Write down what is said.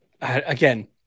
again